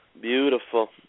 Beautiful